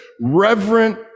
reverent